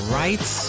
rights